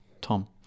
Tom